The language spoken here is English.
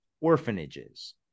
orphanages